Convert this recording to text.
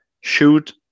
shoot